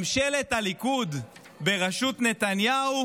ממשלת הליכוד בראשות נתניהו